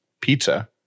pizza